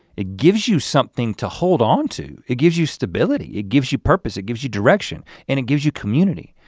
it gives you something to hold on to. it gives you stability, it gives you purpose, it gives you direction and it gives you community.